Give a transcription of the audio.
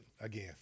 again